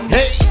Hey